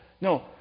No